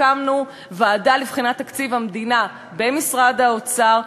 הקמנו ועדה לבחינת תקציב המדינה במשרד האוצר,